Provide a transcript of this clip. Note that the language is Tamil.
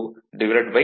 02